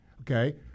okay